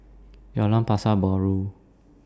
Jalan Pasar Baru